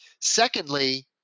Secondly